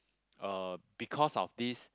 uh because of this